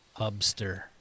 Hubster